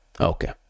okay